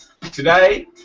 Today